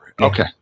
Okay